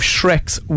Shrek's